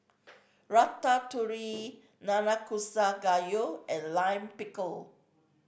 Ratatouille Nanakusa Gayu and Lime Pickle